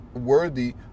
worthy